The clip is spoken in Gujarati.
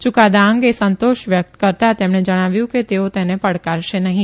યુકાદા અંગે સંતોષ વ્યક્ત કરતા તેમણે જણાવ્યું કે તેઓ તેને પડકારશે નહીં